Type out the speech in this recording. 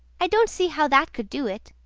i don't see how that could do it,